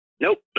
Nope